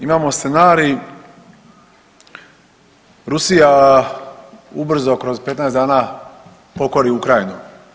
Imamo scenarij Rusija ubrzo kroz 15 dana pokori Ukrajinu.